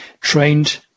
trained